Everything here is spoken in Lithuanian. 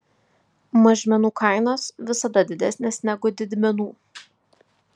mažmenų kainos visada didesnės negu didmenų